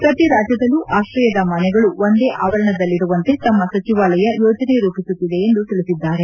ಪ್ರತಿ ರಾಜ್ಞದಲ್ಲೂ ಆಕ್ರಯದ ಮನೆಗಳು ಒಂದೇ ಆವರಣದಲ್ಲಿರುವಂತೆ ತಮ್ಮ ಸಚಿವಾಲಯ ಯೋಜನೆ ರೂಪಿಸುತ್ತಿದೆ ಎಂದು ತಿಳಿಸಿದ್ದಾರೆ